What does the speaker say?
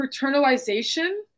paternalization